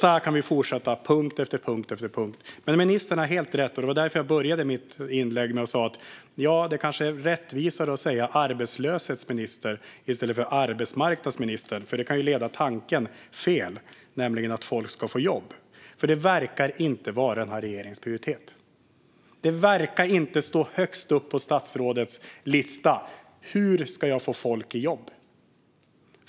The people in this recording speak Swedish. Så här kan vi fortsätta med punkt efter punkt. Ministern har dock helt rätt. Det var därför jag började mitt första inlägg med att säga att det kanske är rättvisare att säga arbetslöshetsminister i stället för arbetsmarknadsminister. Det senare kan nämligen leda tanken fel, till att folk ska få jobb. Det verkar inte vara den här regeringens prioritering. Högst upp på statsrådets lista verkar det inte stå: Hur ska jag få folk i jobb?